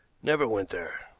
never went there.